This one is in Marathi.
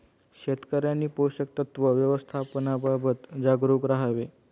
शेतकऱ्यांनी पोषक तत्व व्यवस्थापनाबाबत जागरूक राहावे